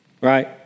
Right